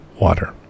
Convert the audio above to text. water